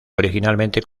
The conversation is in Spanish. originalmente